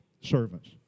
Servants